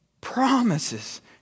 Promises